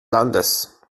landes